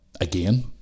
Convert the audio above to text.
again